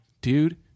dude